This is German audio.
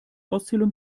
auszählung